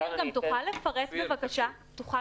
תוכל